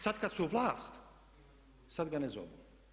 Sad kad su vlast sad ga ne zovu.